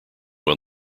will